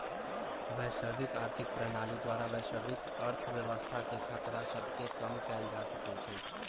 वैश्विक आर्थिक प्रणाली द्वारा वैश्विक अर्थव्यवस्था के खतरा सभके कम कएल जा सकइ छइ